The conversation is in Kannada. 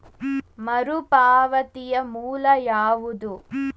ಮರುಪಾವತಿಯ ಮೂಲ ಯಾವುದು?